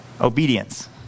Obedience